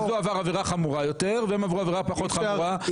אז הוא עבר עבירה חמורה יותר והם עברו עבירה פחות חמורה,